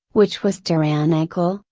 which was tyrannical,